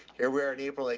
here we are in april. like,